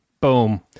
boom